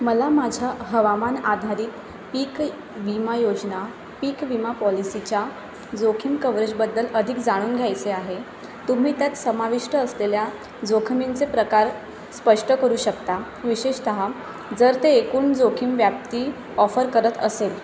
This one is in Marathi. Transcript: मला माझ्या हवामान आधारित पीक विमा योजना पीक विमा पॉलिसीच्या जोखीम कवरेजबद्दल अधिक जाणून घ्यायचे आहे तुम्ही त्यात समाविष्ट असलेल्या जोखमींचे प्रकार स्पष्ट करू शकता विशेषतः जर ते एकूण जोखीम व्याप्ती ऑफर करत असेल